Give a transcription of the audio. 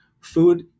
food